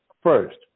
first